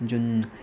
जुन